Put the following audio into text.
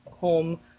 home